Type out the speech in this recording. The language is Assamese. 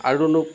আৰুনো